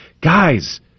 guys